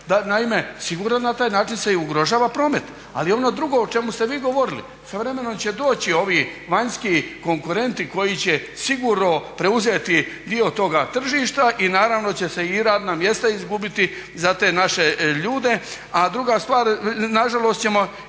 se i na taj način se ugrožava promet. Ali ono drugo o čemu ste vi govorili, svojevremeno će doći ovi vanjski konkurentni koji će sigurno preuzeti dio toga tržišta i naravno da će se i radna mjesta izgubiti za te naše ljude. A druga stvar, nažalost ćemo